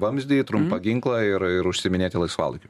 vamzdį trumpą ginklą ir ir užsiiminėti laisvalaikiu